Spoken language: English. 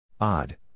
Odd